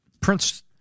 Prince